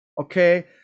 okay